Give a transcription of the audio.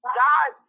god